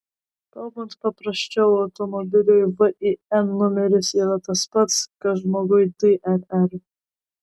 kalbant paprasčiau automobiliui vin numeris yra tas pats kas žmogui dnr